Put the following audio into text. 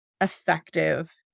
effective